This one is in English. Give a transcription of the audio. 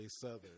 southern